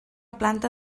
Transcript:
planta